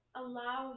allow